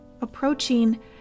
approaching